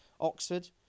Oxford